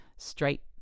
straight